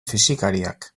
fisikariak